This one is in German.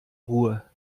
ruhe